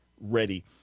ready